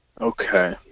Okay